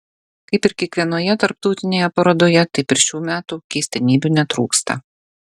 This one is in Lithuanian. kaip ir kiekvienoje tarptautinėje parodoje taip ir šių metų keistenybių netrūksta